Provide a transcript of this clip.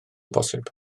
bosibl